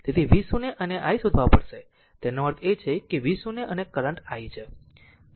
v0 અને i શોધવા પડશે તેનો અર્થ છે કે આ v0 અને કરંટ i છે